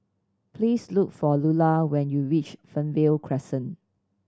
please look for Lular when you reach Fernvale Crescent